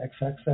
XXX